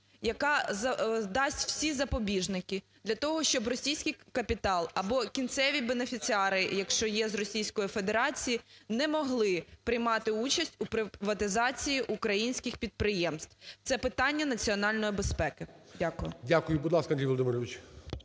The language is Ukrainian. яка дасть всі запобіжники для того, щоб російський капітал або кінцевібенефіціари, якщо є з Російської Федерації, не могли приймати участь у приватизації українських підприємств. Це питання національної безпеки. Дякую. ГОЛОВУЮЧИЙ. Дякую. Будь ласка, Андрій Володимирович.